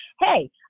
hey